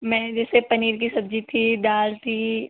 मैंने जैसे पनीर की सब्जी थी दाल थी